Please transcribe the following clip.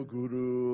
Guru